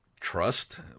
trust